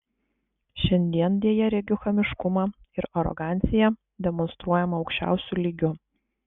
šiandien deja regiu chamiškumą ir aroganciją demonstruojamą aukščiausiu lygiu